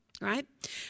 Right